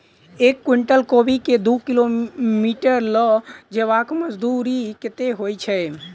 एक कुनटल कोबी केँ दु किलोमीटर लऽ जेबाक मजदूरी कत्ते होइ छै?